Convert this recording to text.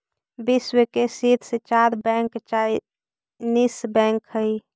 विश्व के शीर्ष चार बैंक चाइनीस बैंक हइ